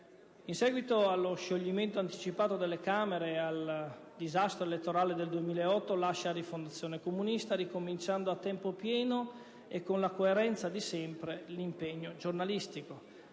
In seguito allo scioglimento anticipato delle Camere e al disastro elettorale del 2008, lascia Rifondazione Comunista, ricominciando a tempo pieno e con la coerenza di sempre l'impegno giornalistico.